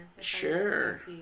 Sure